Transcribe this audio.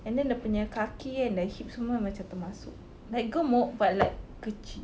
and then dia punya kaki and the hips semua macam termasuk like gemuk but like kecil